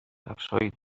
کفشهای